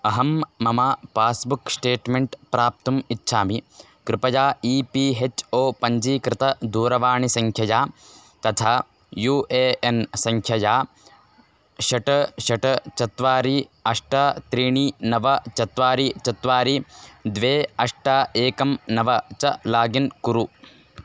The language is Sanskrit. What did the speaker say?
अहं मम पास्बुक् स्टेट्मेण्ट् प्राप्तुम् इच्छामि कृपया ई पी हेच् ओ पञ्जीकृतदूरवाणिसङ्ख्यया तथा यू ए एन् सङ्ख्यया षट् षट् चत्वारि अष्ट त्रीणि नव चत्वारि चत्वारि द्वे अष्ट एकं नव च लागिन् कुरु